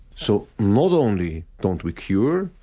so not only don't we cure,